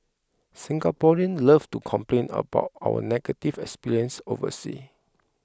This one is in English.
Singaporeans love to complain about our negative experiences overseas